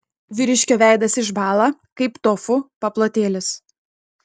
vyriškio veidas išbąla kaip tofu paplotėlis